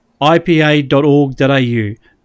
ipa.org.au